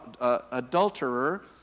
adulterer